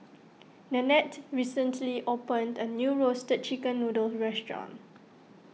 Nanette recently opened a new Roasted Chicken Noodle restaurant